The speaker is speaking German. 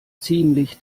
ziemlich